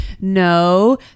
No